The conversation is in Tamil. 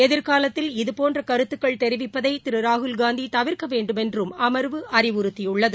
எதிர்காலத்தில் இதுபோன்றகருத்துக்கள் தெரிவிப்பதைதிருராகுல்காந்திதவிர்க்கவேண்டுமென்றும் அமர்வு அறிவுறுத்தியுள்ளது